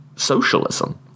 socialism